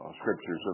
scriptures